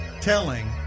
telling